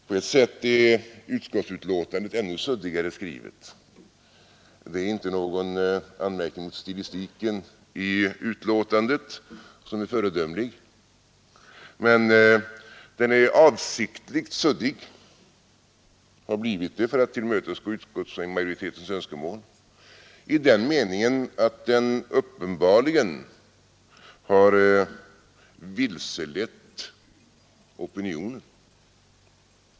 På ett sätt är utskottsbetänkandet ännu suddigare skrivet. Det är ingen anmärkning mot stilistiken i betänkandet, vilken är föredömlig. Men betänkandet är avsiktligt suddigt, för att tillmötesgå utskottsmajoritetens önskemål, i den meningen att det uppenbarligen har vilselett opinionen.